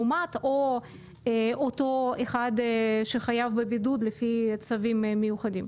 מאומת או אותו אחד שחייב בבידוד לפי הצווים המיוחדים.